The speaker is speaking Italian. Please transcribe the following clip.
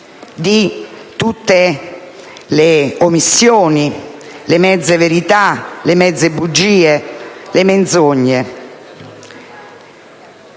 di tutte le omissioni, le mezze verità, le mezze bugie e le menzogne,